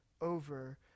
over